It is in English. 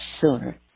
sooner